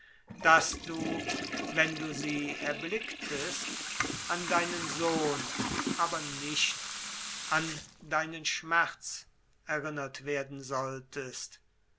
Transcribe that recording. daß du wenn du sie erblicktest an deinen sohn aber nicht an deinen schmerz erinnert werden solltest